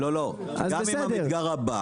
אז בסדר.